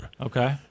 Okay